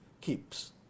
keeps